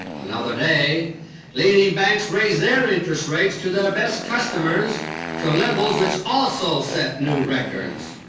another day leading banks raise their interest rates to their best customers to levels which also set new records.